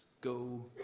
Go